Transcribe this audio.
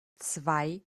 zwei